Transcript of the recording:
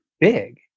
big